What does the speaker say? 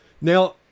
Now